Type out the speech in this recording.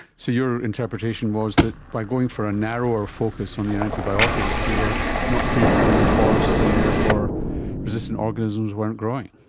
so your interpretation was that by going for a narrower focus on the antibiotic you were not clear-felling the forest and therefore resistant organisms weren't growing.